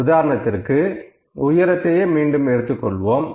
உதாரணத்திற்கு உயரத்தை மீண்டும் எடுத்துக் கொள்வோம்